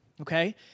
okay